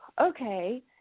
Okay